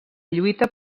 lluita